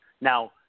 Now